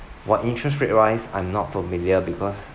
for interest rate wise I'm not familiar because